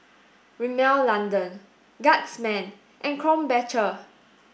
Rimmel London Guardsman and Krombacher